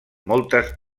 moltes